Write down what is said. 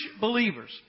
believers